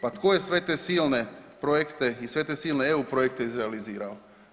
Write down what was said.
Pa tko je sve te silne projekte i sve te silne EU projekte izrealizirao.